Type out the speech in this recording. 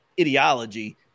ideology